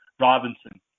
Robinson